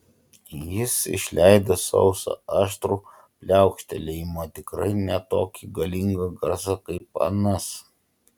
jis išleido sausą aštrų pliaukštelėjimą tikrai ne tokį galingą garsą kaip anas